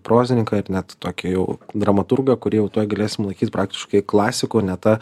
prozininką ir net tokį jau dramaturgą kurį jau tuoj galėsim laikyt praktiškai klasiku ne ta